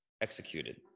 executed